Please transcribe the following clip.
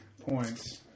points